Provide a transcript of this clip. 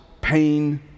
pain